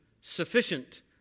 sufficient